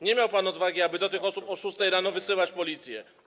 Nie miał pan odwagi, aby do tych osób o 6 rano wysyłać Policję.